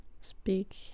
speak